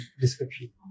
description